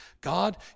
God